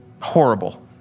horrible